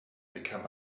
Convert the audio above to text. become